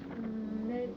mm that's